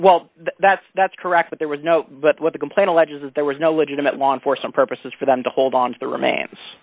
well that's that's correct that there was no but what the complaint alleges that there was no legitimate law enforcement purposes for them to hold on to the rema